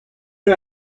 eur